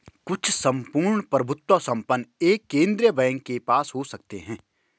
कुछ सम्पूर्ण प्रभुत्व संपन्न एक केंद्रीय बैंक के पास हो सकते हैं